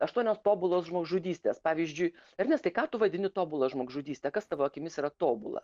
aštuonios tobulos žmogžudystės pavyzdžiui ernestai ką tu vadini tobula žmogžudyste kas tavo akimis yra tobula